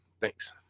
Thanks